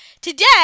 Today